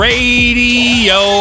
Radio